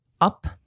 up